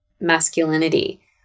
masculinity